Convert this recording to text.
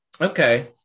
Okay